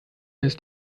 ist